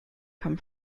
come